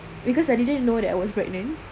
because I didn't know that I was pregnant